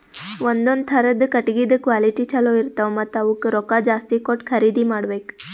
ಒಂದೊಂದ್ ಥರದ್ ಕಟ್ಟಗಿದ್ ಕ್ವಾಲಿಟಿ ಚಲೋ ಇರ್ತವ್ ಮತ್ತ್ ಅವಕ್ಕ್ ರೊಕ್ಕಾ ಜಾಸ್ತಿ ಕೊಟ್ಟ್ ಖರೀದಿ ಮಾಡಬೆಕ್